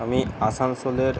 আমি আসানসোলের